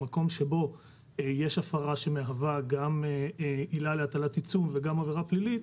מקום שבו יש הפרה שמהווה גם עילה להטלת עיצום וגם עבירה פלילית,